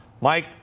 Mike